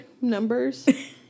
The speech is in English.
numbers